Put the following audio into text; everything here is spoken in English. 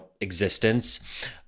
existence